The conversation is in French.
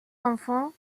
enfants